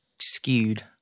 skewed